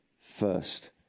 First